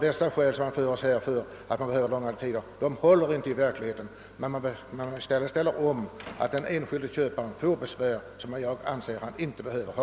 De skäl som här anföres för att kommunerna skulle behöva långa förköpstider håller inte i verkligheten. I stället vållar man den enskilde köparen besvär, som han enligt min mening inte behöver ha.